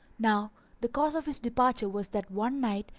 now the cause of his departure was that one night,